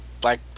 Black